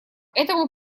этому